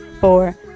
four